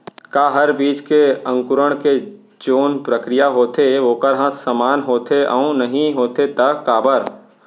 का हर बीज के अंकुरण के जोन प्रक्रिया होथे वोकर ह समान होथे, अऊ नहीं होथे ता काबर?